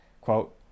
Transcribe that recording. quote